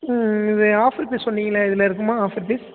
ம் இது offer piece சொன்னீங்களே இதில் இருக்குமா ஆஃபர் பீஸ்